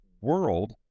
world